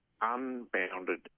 unbounded